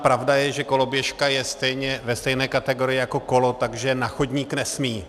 Pravda je, že koloběžka stejně je ve stejné kategorii jako kolo, takže na chodník nesmí.